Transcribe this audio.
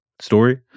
story